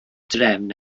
drefn